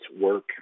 work